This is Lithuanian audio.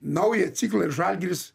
naują ciklą ir žalgiris